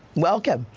welcome.